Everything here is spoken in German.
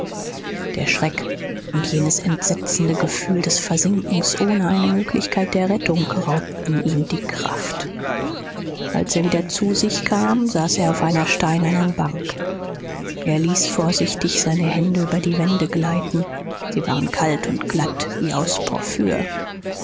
der schreck und jenes entsetzende gefühl des versinkens ohne eine möglichkeit der rettung raubten ihm die kraft als er wieder zu sich kam saß er auf einer steinernen bank er ließ vorsichtig seine hände über die wände gleiten sie waren kalt und glatt wie aus